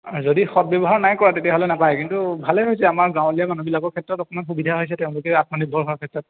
যদি সদব্যৱহাৰ নাই কৰা তেতিয়াহ'লে নাপায় কিন্তু ভালেই হৈছে আমাৰ গাঁৱলীয়া মানুহবিলাকৰ ক্ষেত্ৰত অকণমান সুবিধা হৈছে তেওঁলোকে আত্মনিৰ্ভৰ হোৱাৰ ক্ষেত্ৰত